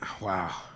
Wow